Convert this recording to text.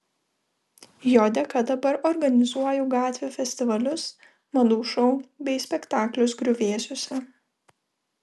jo dėka dabar organizuoju gatvių festivalius madų šou bei spektaklius griuvėsiuose